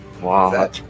Wow